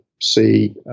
see